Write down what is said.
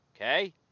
okay